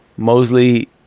Mosley